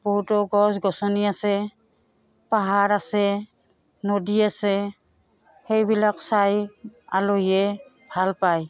বহুতো গছ গছনি আছে পাহাৰ আছে নদী আছে সেইবিলাক চাই আলহীয়ে ভাল পায়